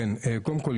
קודם כול,